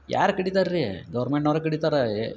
ಯಾರು ಕಡಿತಾರೆ ರೀ ಗೌರ್ಮೆಂಟ್ನವ್ರೇ ಕಡಿತಾರೆ